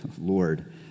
Lord